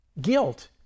Guilt